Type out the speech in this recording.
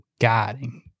guiding